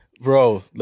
Bro